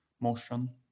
motion